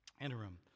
interim